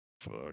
Fuck